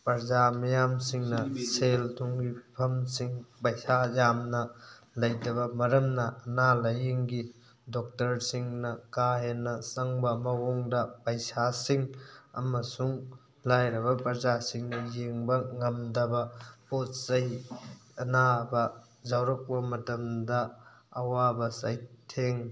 ꯄ꯭ꯔꯖꯥ ꯃꯤꯌꯥꯝ ꯁꯤꯡꯅ ꯁꯦꯜ ꯊꯨꯝꯒꯤ ꯐꯤꯕꯝꯁꯤꯡ ꯄꯩꯁꯥ ꯌꯥꯝꯅ ꯂꯩꯇꯕ ꯃꯔꯝꯅ ꯑꯅꯥ ꯂꯥꯏꯌꯦꯡꯒꯤ ꯗꯣꯛꯇꯔꯁꯤꯡꯅ ꯀꯥ ꯍꯦꯡꯅ ꯆꯪꯕ ꯃꯑꯣꯡꯗ ꯄꯩꯁꯥ ꯁꯤꯡ ꯑꯃꯁꯨꯡ ꯂꯥꯏꯔꯕ ꯄ꯭ꯔꯖꯥ ꯁꯤꯡꯅ ꯌꯦꯡꯕ ꯉꯝꯗꯕ ꯄꯣꯠ ꯆꯩ ꯑꯅꯥꯕ ꯌꯥꯎꯔꯛꯄ ꯃꯇꯝꯗ ꯑꯋꯥꯕ ꯆꯩꯊꯦꯡ